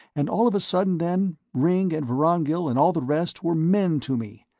and all of a sudden then, ringg and vorongil and all the rest were men to me.